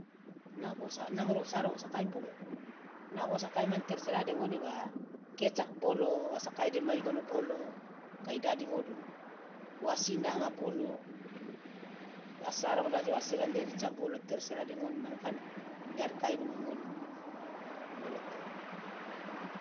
nako naoko namoro wa sarongo wa sakai bolo naoko wo sakai mane tersera de ngone wa kecap bolo wa sakai dema igono bolo kai dadi ngodumu wa sinanga bolo wa sarongo de aje wa sirang de rica bolo tersera de ngone man kan dari kainomo ingodumu boloto.